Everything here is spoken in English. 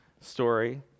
story